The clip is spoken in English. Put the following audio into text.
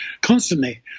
constantly